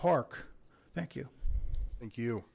park thank you thank you